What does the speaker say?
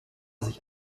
sich